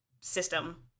system